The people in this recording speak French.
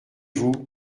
vous